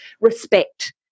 respect